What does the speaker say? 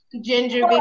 ginger